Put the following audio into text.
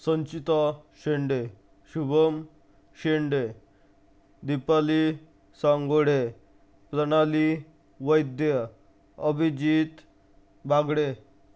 Sanchita Shende Shubham Shende Dipali Sangode Pranali Vaidya Abhijit Bagade